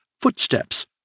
Footsteps